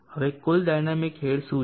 હવે કુલ dynamic head h શું છે